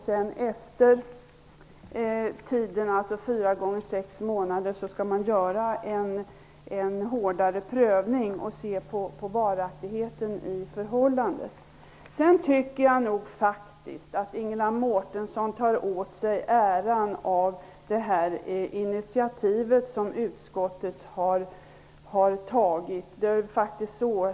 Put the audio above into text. Sedan, efter fyra gånger sex månader, skall man göra en hårdare prövning och se på varaktigheten i förhållandet. Sedan tycker jag nog faktiskt att Ingela Mårtensson tar åt sig äran av det initiativ som utskottet har tagit.